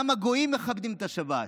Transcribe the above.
גם הגויים מכבדים את השבת.